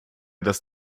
das